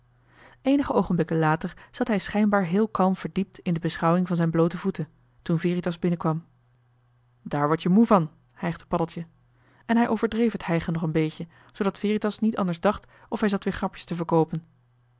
eenige oogenblikken later zat hij schijnbaar heel kalm verdiept in de beschouwing van zijn bloote voeten toen veritas binnenkwam daar word je moe van hijgde paddeltje en hij overdreef het hijgen nog een beetje zoodat veritas niet anders dacht of hij zat weer grapjes te verkoopen